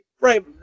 right